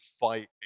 fight